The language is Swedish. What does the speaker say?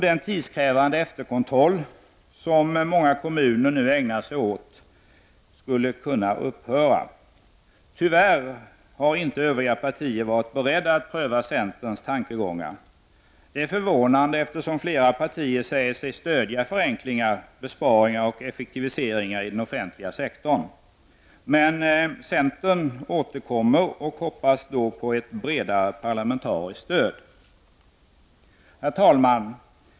Den tidskrävande efterkontroll som många kommuner nu ägnar sig åt skulle kunna upphöra. Tyvärr har inte övriga partier varit beredda att pröva centerns tankegångar. Det är förvånande, eftersom flera partier säger sig stödja förenklingar, besparingar och effektiviseringar i den offentliga sektorn. Men centern återkommer och hoppas då på ett bredare parlamentariskt stöd. Herr talman!